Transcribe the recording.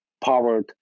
powered